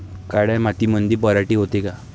काळ्या मातीमंदी पराटी होते का?